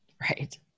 right